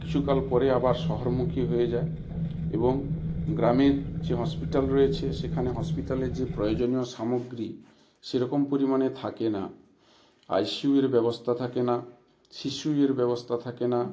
কিছুকাল পরে আবার শহরমুখী হয়ে যায় এবং গ্রামের যে হসপিটাল রয়েছে সেখানে হসপিটালে যে প্রয়োজনীয় সামগ্রী সেরকম পরিমাণে থাকে না আই সি ইউয়ের ব্যবস্থা থাকে না সি সি ইউয়ের ব্যবস্থা থাকে না